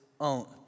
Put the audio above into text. own